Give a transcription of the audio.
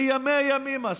שפה רשמית מימים ימימה,